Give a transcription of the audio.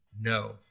No